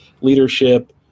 leadership